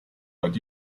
but